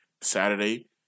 Saturday